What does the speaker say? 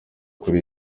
kuri